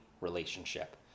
relationship